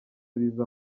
biza